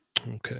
Okay